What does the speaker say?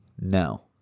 No